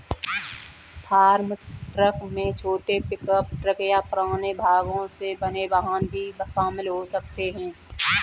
farm truck में छोटे pickup truck या पुराने भागों से बने वाहन भी शामिल हो सकते हैं